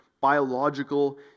biological